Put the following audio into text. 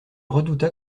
redouta